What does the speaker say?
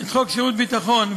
את חוק שירות ביטחון,